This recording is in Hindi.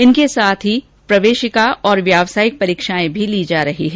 इनके साथ ही प्रवेशिका और व्यावसायिक परीक्षाएं भी ली जा रही है